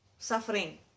suffering